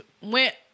went